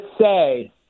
say